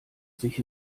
sich